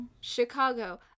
Chicago